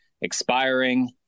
expiring